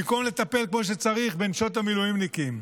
במקום לטפל כמו שצריך בנשות המילואימניקים.